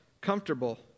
comfortable